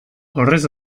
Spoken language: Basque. horrez